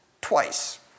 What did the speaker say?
twice